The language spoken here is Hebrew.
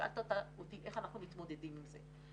שאלת אותי איך אנחנו מתמודדים עם זה.